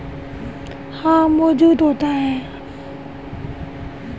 हर प्रकार की हरी मिर्चों में बीटा कैरोटीन क्रीप्टोक्सान्थिन मौजूद हैं